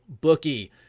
bookie